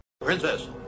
Princess